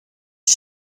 ich